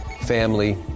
family